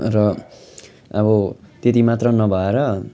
र अब त्यति मात्र नभएर